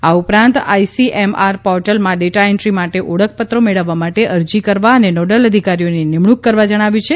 આ ઉપરાંત આઇસીએમઆર પોર્ટલમાં ડેટા એન્ટ્રી માટે ઓળખપત્રો મેળવવા માટે અરજી કરવા અને નોડલ અધિકારીઓની નિમણક કરવા જણાવ્યું છે